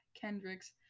Kendricks